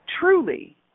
truly